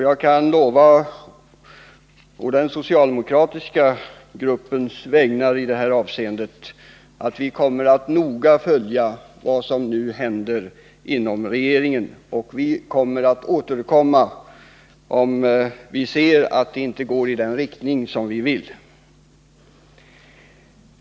Jag kan på den socialdemokratiska gruppens vägnar lova att vi i det här avseendet kommer att noga följa vad som nu händer inom regeringen och att vi skall återkomma om vi ser att de åtgärder som vidtas inte går i den riktning som vi vill.